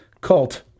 cult